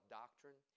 doctrine